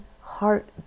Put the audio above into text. heart